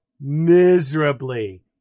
miserably